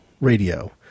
radio